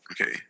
Okay